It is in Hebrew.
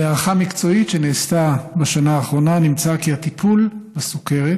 בהערכה מקצועית שנעשתה בשנה האחרונה נמצא כי הטיפול בסוכרת